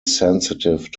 sensitive